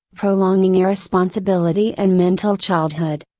prolonging irresponsibility and mental childhood.